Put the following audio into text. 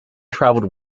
traveled